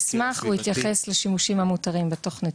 כשאנחנו בדקנו את המסמך הוא התייחס לשימושים המותרים בתוכנית.